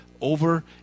over